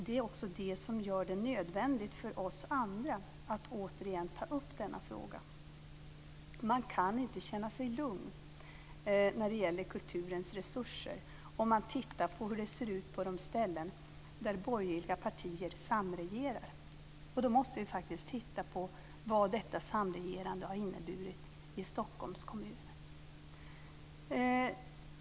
Det är också det som gör det nödvändigt för oss andra att återigen ta upp denna fråga. Man kan inte känna sig lugn när det gäller kulturens resurser när man tittar på hur det ser ut på de ställen där borgerliga partier samregerar. Då måste man ju faktiskt se på vad detta samregerande har inneburit i Stockholms kommun.